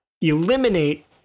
eliminate